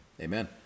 Amen